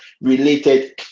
related